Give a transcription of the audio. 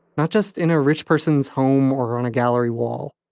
not just in a rich person's home or on a gallery wall.